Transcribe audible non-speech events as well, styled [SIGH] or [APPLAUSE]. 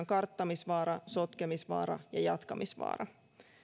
[UNINTELLIGIBLE] karttamisvaara sotkemisvaara ja jatkamisvaara